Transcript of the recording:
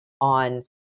on